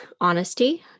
honesty